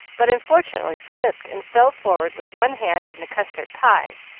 but unfortunately slipped and fell forward with one hand in the custard pie,